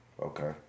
Okay